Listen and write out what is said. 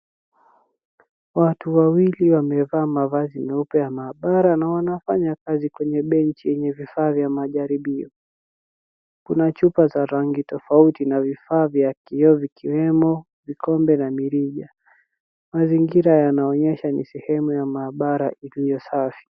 Watu wawili wamevaa mavazi meupe ya maabara na wanafanya kazi kwenye benchi yenye vifaa vya majaribio. Kuna chupa za rangi tofauti na vifaa vya kioo vikiwemo vikombe na mirija. Mazingira yanaonyesha ni sehemu ya maabara iliyo safi.